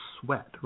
sweat